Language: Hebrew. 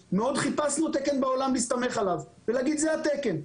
חיפשנו תקן בעולם להסתמך עליו ולהגיד זה התקן,